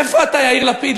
איפה אתה, יאיר לפיד?